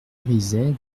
mériset